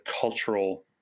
cultural